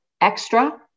extra